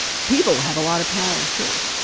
people have a lot of power, too